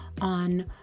on